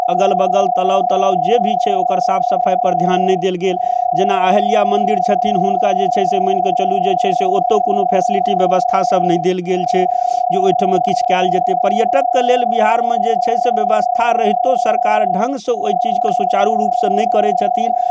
अगल बगल तलाब तलाब जे भी छै साफ सफाइपर ध्यान नहि देल गेल जेना आहिल्या मन्दिर छथिन हुनका जे छै से मानिकऽ चलू जे छै से ओतौ कोनो फैसलिटी व्यवस्था सब नहि देल गेल छै जे ओइठमा किछु कयल जेतै पर्यटकके लेल बिहारमे जे छै से व्यवस्था रहितौ सरकार ढङ्गसँ ओइ चीजके सुचारू रूपसँ नहि करै छथिन